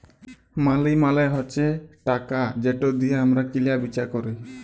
মালি মালে হছে টাকা যেট দিঁয়ে আমরা কিলা বিচা ক্যরি